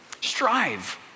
strive